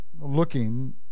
looking